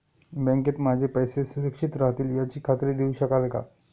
बँकेत माझे पैसे सुरक्षित राहतील याची खात्री देऊ शकाल का?